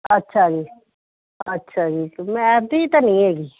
ਅੱਛਾ ਜੀ ਅੱਛਾ ਜੀ ਮੈਥ ਦੀ ਤਾਂ ਨਹੀਂ ਹੈਗੀ